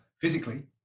physically